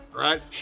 Right